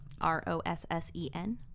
r-o-s-s-e-n